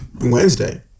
Wednesday